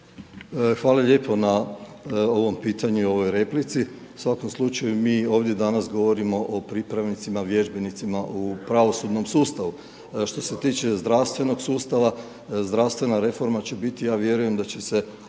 Hvala lijepo na ovom pitanju, ovoj replici. U svakom slučaju, mi ovdje danas govorimo o pripravnicima, vježbenicima u pravosudnom sustavu. Što se tiče zdravstvenog sustava, zdravstvena reforma će biti, ja vjerujem da će se